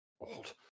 old